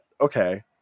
okay